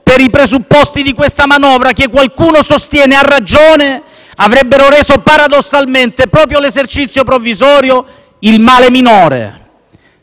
per i presupposti di questa manovra, che qualcuno sostiene - a ragione - avrebbero paradossalmente reso l'esercizio provvisorio il male minore.